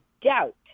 doubt